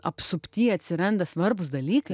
apsupty atsiranda svarbūs dalykai